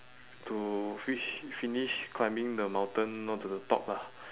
to fish finish climbing the mountain all to the top ah